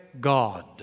God